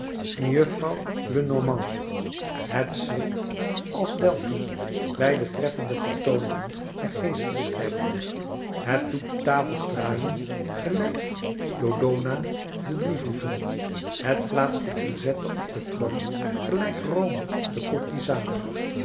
normand het schrikt als delphus bij de treffende vertooningen der geestverschijningen het doet de tafels draaien gelijk dodona de drievoeten het plaatst de grisette op den troon gelijk rome de courtisane